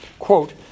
Quote